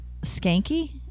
skanky